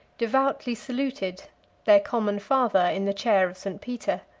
devoutly saluted their common father in the chair of st. peter.